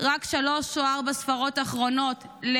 רק שלוש או ארבע הספרות האחרונות,